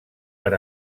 per